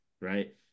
right